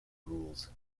rules